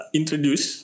introduce